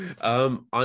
On